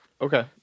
Okay